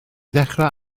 dechrau